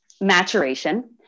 maturation